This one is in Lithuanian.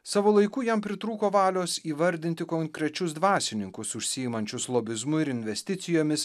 savo laiku jam pritrūko valios įvardinti konkrečius dvasininkus užsiimančius lobizmu ir investicijomis